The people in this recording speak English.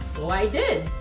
so i did.